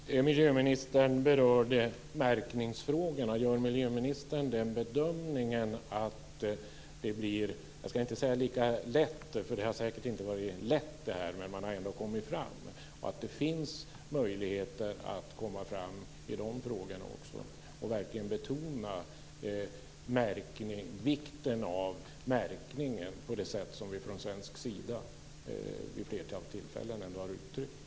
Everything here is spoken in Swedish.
Fru talman! Miljöministern berörde märkningsfrågorna. Gör miljöministern bedömningen att det blir - jag ska inte säga lika lätt, för detta har säkert inte varit lätt även om man har kommit fram - möjligt att komma fram också i de frågorna och verkligen betona vikten av märkningen på det sätt som vi från svensk sida vid ett flertal tillfällen har gjort?